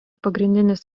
pagrindinis